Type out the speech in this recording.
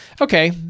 Okay